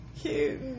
cute